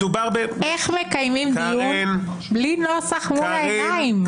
אני מנסה להבין באמת ,איך מקיימים דיון בלי נוסח מול העיניים?